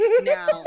now